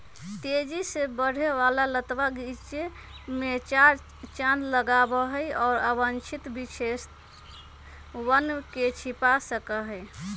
तेजी से बढ़े वाला लतवा गीचे में चार चांद लगावा हई, और अवांछित विशेषतवन के छिपा सका हई